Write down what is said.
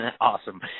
Awesome